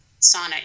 sauna